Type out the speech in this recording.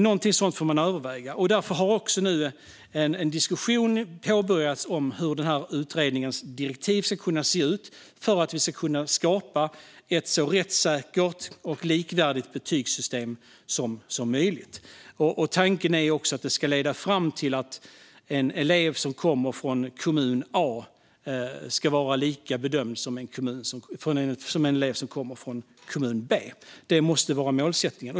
Något sådant får man överväga, och därför har en diskussion nu påbörjats om hur utredningens direktiv ska se ut för att vi ska kunna skapa ett så rättssäkert och likvärdigt betygssystem som möjligt. Tanken är också att detta ska leda fram till att en elev som kommer från kommun A ska bedömas på samma sätt som en elev som kommer från kommun B. Det måste vara målsättningen.